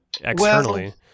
Externally